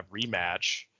rematch